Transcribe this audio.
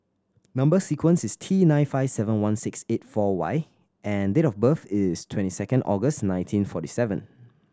number sequence is T nine five seven one six eight four Y and date of birth is twenty second August nineteen forty seven